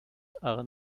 are